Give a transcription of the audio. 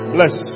Bless